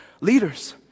Leaders